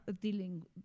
dealing